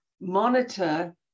monitor